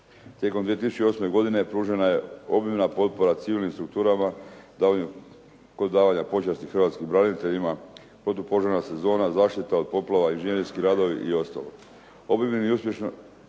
Tijekom 2008. godine pružena je obimna potpora civilnim strukturama davanjem, kod davanja počasti hrvatskim braniteljima, protu požarna sezona, zaštita od poplava, inženjerski radovi i ostalo.